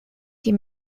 die